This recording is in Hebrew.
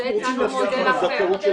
אנחנו רוצים להפסיק עם הזכאות של